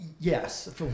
yes